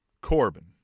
corbin